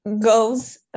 goes